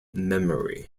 memory